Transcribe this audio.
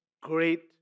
great